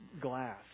glass